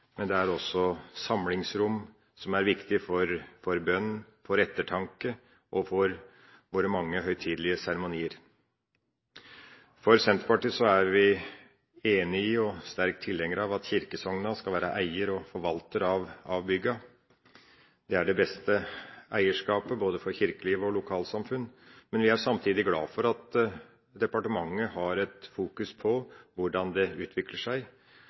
men de er også samlingsrom som er viktige for bønn, for ettertanke og for våre mange høytidelige seremonier. Senterpartiet er enig i og sterk tilhenger av at kirkesognene skal være eier og forvalter av byggene. Det er det beste eierskapet for både kirkeliv og lokalsamfunn, men vi er samtidig glad for at departementet har et fokus på hvordan det utvikler seg.